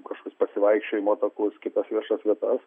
kažkokius pasivaikščiojimo takus kitas viešas vietas